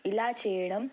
ఇలా చేయడం